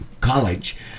College